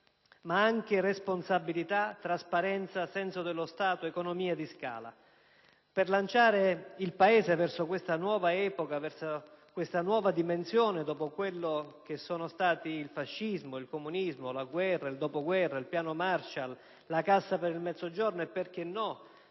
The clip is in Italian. ma anche responsabilità, trasparenza, senso dello Stato, economia di scala. Per lanciare il Paese verso questa nuova epoca, verso questa nuova dimensione, dopo quello che sono stati il fascismo, il comunismo, la guerra, il dopoguerra, il piano Marshall, la Cassa per il Mezzogiorno e - perché no